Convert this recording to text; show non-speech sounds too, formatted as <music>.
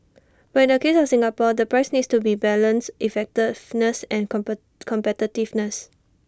but in the case of Singapore the price needs to balance effectiveness and <unintelligible> competitiveness